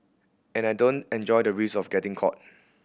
and I don't enjoy the risk of getting caught